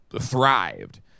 thrived